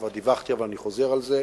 כבר דיווחתי ואני חוזר על זה,